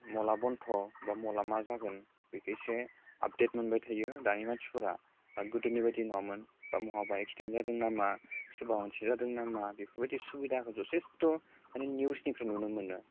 मला बन्ध' बा मला मा जागोन बेखौ एसे आपडेट मोनबाय थायो दानि मानसिफोरा बा गोदोनि बायदि नङामोन बा महाबा एक्सिडेन जादों ना मा सोरबा मानसि जादों नामा बेफोरबायदि सुबिदाफोरखो जथेस्थ' माने निउसनिफ्राय नुनो मोनो